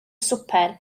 swper